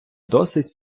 досить